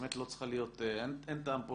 אין טעם פה